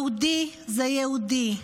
יהודי זה יהודי.